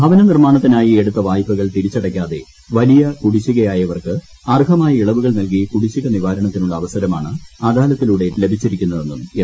ഭവനനിർമ്മാണത്തിനായി എടുത്ത വായ്പകൾ തിരിച്ചടയ്ക്കാതെ വലിയ കുടിശിഖയായവർക്ക് അർഹമായ ഇളവുകൾ നല്കി കുടിശ്ശിക നിവാരണത്തിനുള്ള അവസരമാണ് അദാലത്തിലൂടെ ലഭിച്ചിരിക്കുന്നതെന്നും എം